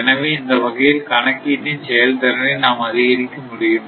எனவே இந்த வகையில் கணக்கீட்டின் செயல் திறனை நாம் அதிகரிக்க முடியும்